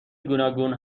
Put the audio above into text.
گوناگون